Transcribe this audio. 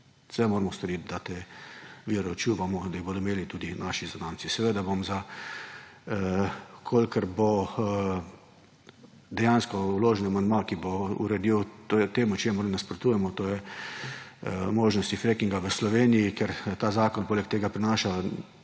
Vse moramo storiti, da te vire čuvamo, da jih bodo imeli tudi naši zanamci. Seveda bom za v kolikor bo dejansko vložili amandma, ki bo uredil temu čemur nasprotujemo, to je možnosti frackinga v Sloveniji, ker ta zakon poleg tega prinaša,